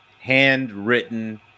handwritten